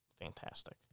Fantastic